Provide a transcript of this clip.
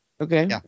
okay